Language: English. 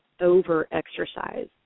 over-exercise